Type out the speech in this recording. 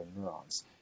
neurons